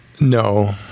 No